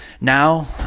Now